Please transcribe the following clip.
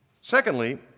Secondly